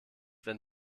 wenn